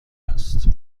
است